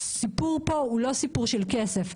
הסיפור פה הוא לא סיפור של כסף.